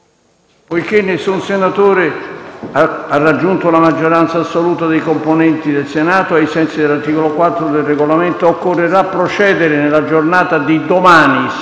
ha conseguito la maggioranza assoluta dei voti dei componenti del Senato, ai sensi dell'articolo 4 del Regolamento, occorrerà procedere nella giornata di domani, sabato 24 marzo, alle ore